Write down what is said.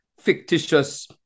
fictitious